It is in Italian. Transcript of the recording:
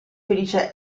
felice